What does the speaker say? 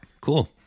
cool